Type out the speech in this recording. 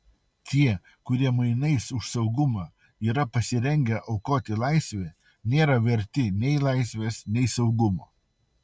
tie kurie mainais už saugumą yra pasirengę aukoti laisvę nėra verti nei laisvės nei saugumo